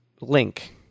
link